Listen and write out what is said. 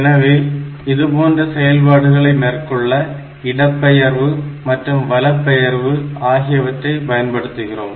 எனவே இதுபோன்ற செயல்பாடுகளை மேற்கொள்ள இடபெயர்வு மற்றும் வல பெயர்வு ஆகியவற்றை பயன்படுத்துகிறோம்